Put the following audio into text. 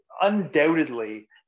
undoubtedly